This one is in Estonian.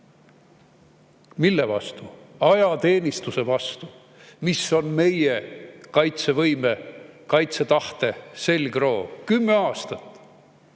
Mille vastu? Ajateenistuse vastu, mis on meie kaitsevõime, kaitsetahte selgroog. Kümme aastat!